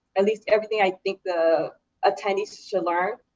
at least everything i think the attendees should learn,